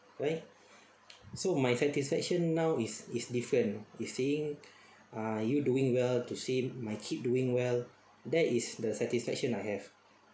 right so my satisfaction now is is different is seeing ah you doing well to see my kid doing well that is the satisfaction I have